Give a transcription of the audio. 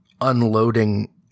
unloading